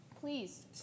Please